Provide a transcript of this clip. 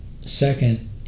second